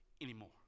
anymore